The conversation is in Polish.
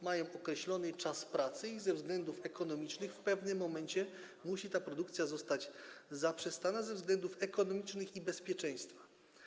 Mają określony czas pracy i ze względów ekonomicznych w pewnym momencie ta produkcja musi zostać zaprzestana - ze względów ekonomicznych i bezpieczeństwa.